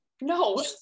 no